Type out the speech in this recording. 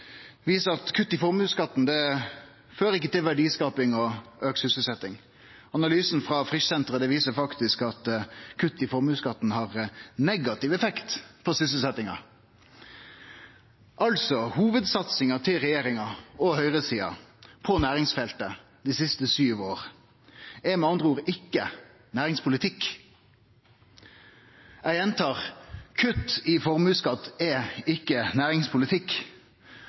kutt i formuesskatten ikkje fører til verdiskaping og auka sysselsetjing. Analysen frå Frischsenteret viser faktisk at kutt i formuesskatten har negativ effekt på sysselsetjinga. Hovudsatsinga til regjeringa og høgresida på næringsfeltet dei siste sju åra er altså med andre ord ikkje næringspolitikk. Eg gjentar: Kutt i formuesskatt er ikkje næringspolitikk.